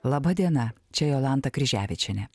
laba diena čia jolanta kryževičienė